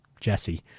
Jesse